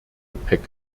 gepäck